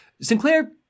Sinclair